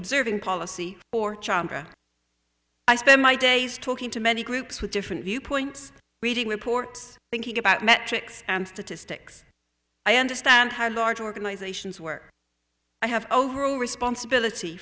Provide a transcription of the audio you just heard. observing policy or ciampa i spend my days talking to many groups with different viewpoints reading reports thinking about metrics and statistics i understand how large organizations work i have overall responsibility